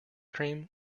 cream